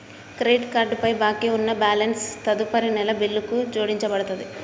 credit card పై బాకీ ఉన్న బ్యాలెన్స్ తదుపరి నెల బిల్లుకు జోడించబడతది